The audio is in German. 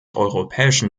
europäischen